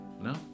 No